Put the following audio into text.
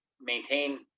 maintain